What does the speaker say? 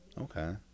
Okay